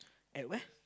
at where